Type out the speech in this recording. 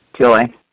Joy